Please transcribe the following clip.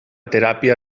teràpia